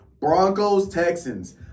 Broncos-Texans